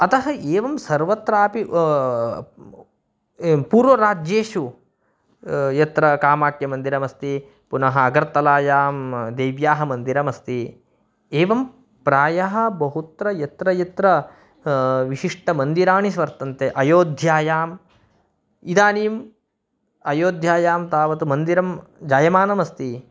अतः एवं सर्वत्रापि एवं पूर्वराज्येषु यत्र कामाक्यमन्दिरमस्ति पुनः अगर्तलायां देव्याः मन्दिरमस्ति एवं प्रायः बहुत्र यत्र यत्र विशिष्टमन्दिराणि सह वर्तन्ते अयोध्यायाम् इदानीम् अयोध्यायां तावत् मन्दिरं जायमानमस्ति